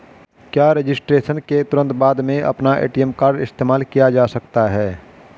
क्या रजिस्ट्रेशन के तुरंत बाद में अपना ए.टी.एम कार्ड इस्तेमाल किया जा सकता है?